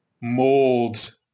mold